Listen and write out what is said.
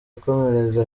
akomereza